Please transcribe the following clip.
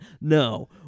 No